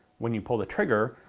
when you pull the trigger,